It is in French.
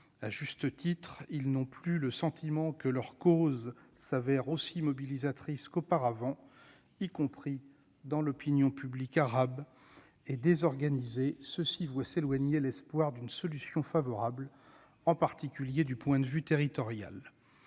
le sentiment, à juste titre, que leur cause n'est plus aussi mobilisatrice qu'auparavant, y compris dans l'opinion publique arabe. Désorganisés, ils voient s'éloigner l'espoir d'une solution favorable, en particulier du point de vue territorial.